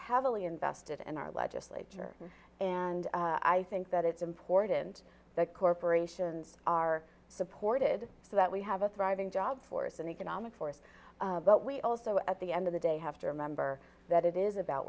heavily invested in our legislature and i think that it's important that corporations are supported so that we have a thriving job force and economic forth but we also at the end of the day have to remember that it is about